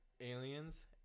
Aliens